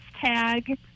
tag